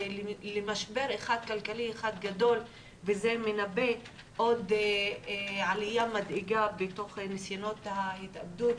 למשבר כלכלי אחד גדול וזה מנבא עוד עליה מדאיגה בתוך ניסיונות ההתאבדות